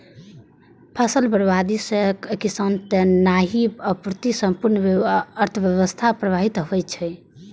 फसल बर्बादी सं किसाने टा नहि, अपितु संपूर्ण अर्थव्यवस्था प्रभावित होइ छै